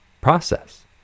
process